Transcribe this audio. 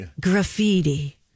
Graffiti